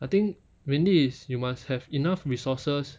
I think mainly is you must have enough resources